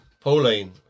Pauline